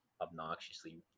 obnoxiously